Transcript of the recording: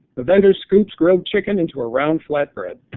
a vendor scoops grilled chicken in to a round flat bread.